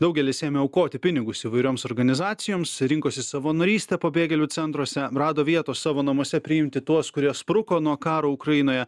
daugelis ėmė aukoti pinigus įvairioms organizacijoms rinkosi savo narystę pabėgėlių centruose rado vietos savo namuose priimti tuos kurie spruko nuo karo ukrainoje